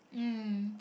mm